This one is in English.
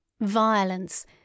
violence